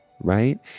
Right